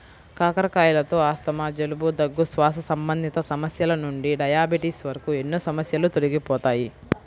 కాకరకాయలతో ఆస్తమా, జలుబు, దగ్గు, శ్వాస సంబంధిత సమస్యల నుండి డయాబెటిస్ వరకు ఎన్నో సమస్యలు తొలగిపోతాయి